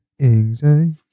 anxiety